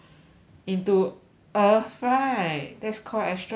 into earth right that's called asteroid right